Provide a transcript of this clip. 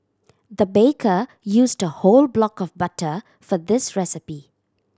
the baker used a whole block of butter for this recipe